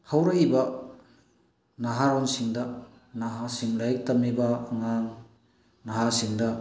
ꯍꯧꯔꯛꯏꯕ ꯅꯍꯥꯔꯣꯟꯁꯤꯡꯗ ꯅꯍꯥꯁꯤꯡ ꯂꯥꯏꯔꯤꯛ ꯇꯝꯃꯤꯕ ꯑꯉꯥꯡ ꯅꯍꯥꯁꯤꯡꯗ